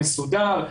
מסודר,